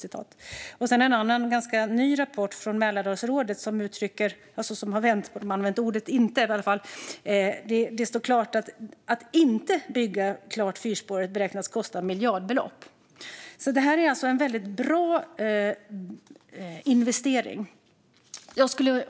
I en annan, ganska ny, rapport från Mälardalsrådet uttrycker man att det står klart att det beräknas kosta miljardbelopp att inte bygga klart fyrspåret. Det är alltså en väldigt bra investering. Fru talman!